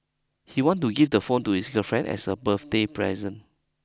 he wanted to give the phone to his girlfriend as a birthday present